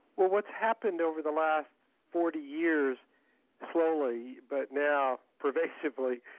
well what's happened over the last forty years slowly, but now pervasively,